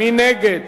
מי נגד?